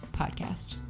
podcast